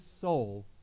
soul